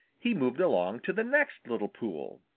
he moved along to the next little pool.